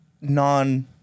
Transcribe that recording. non